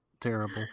terrible